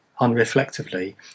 unreflectively